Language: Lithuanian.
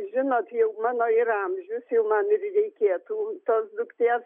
žinot jau mano ir amžius jau man ir reikėtų tos dukters